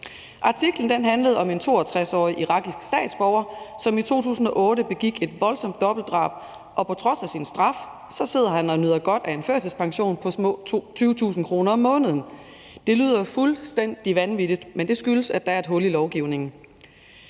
Artiklen handlede om en 62-årig irakisk statsborger, som i 2008 begik et voldsomt dobbeltdrab, og på trods af sin straf sidder han og nyder godt af sin førtidspension på små 20.000 kr. om måneden. Det lyder fuldstændig vanvittigt, men det skyldes, at der er et hul i lovgivningen.